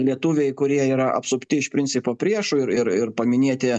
lietuviai kurie yra apsupti iš principo priešų ir ir ir paminėti